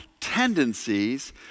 tendencies